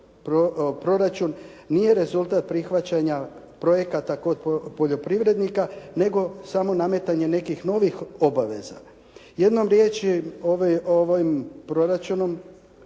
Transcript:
proračun nije rezultat prihvaćanja projekata kod poljoprivrednika nego samo nametanje nekih novih obaveza. Jednom riječju, ovim proračunom